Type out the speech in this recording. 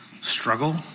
struggle